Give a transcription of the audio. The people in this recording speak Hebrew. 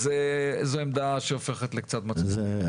אז זו עמדה שהופכת לקצת מצחיקה.